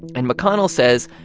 and mcconnell says,